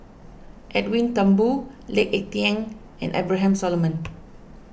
Edwin Thumboo Lee Ek Tieng and Abraham Solomon